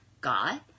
God